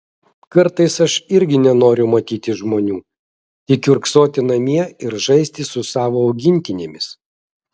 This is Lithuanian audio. kartais aš irgi nenoriu matyti žmonių tik kiurksoti namie ir žaisti su savo augintinėmis